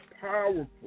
powerful